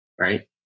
Right